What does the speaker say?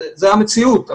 זו המציאות,